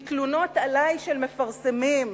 שעסקו בתלונות של מפרסמים עלי,